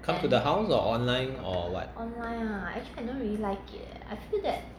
come to the house or online or what